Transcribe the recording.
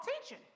teaching